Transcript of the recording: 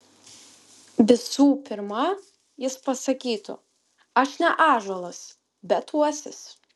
visų pirma jis pasakytų aš ne ąžuolas bet uosis